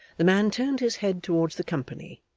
the man turned his head towards the company,